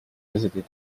visited